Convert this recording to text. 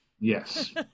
Yes